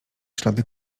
ślady